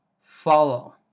follow